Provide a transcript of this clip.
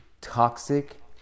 toxic